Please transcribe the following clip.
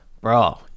bro